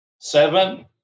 Seven